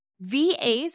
VAs